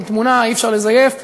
עם תמונה, אי-אפשר לזייף.